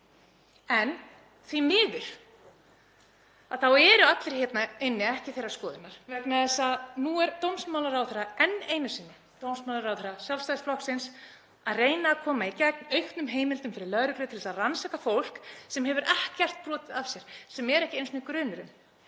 En því miður eru ekki allir hérna inni þeirrar skoðunar vegna þess að nú er dómsmálaráðherra enn einu sinni, dómsmálaráðherra Sjálfstæðisflokksins, að reyna að koma í gegn auknum heimildum fyrir lögreglu til að rannsaka fólk sem hefur ekkert brotið af sér og sem er ekki einu sinni grunað